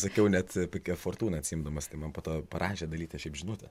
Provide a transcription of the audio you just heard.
sakiau net apie ke fortūną atsiimdamas tai man po to parašė dalytė šiaip žinutę